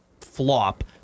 flop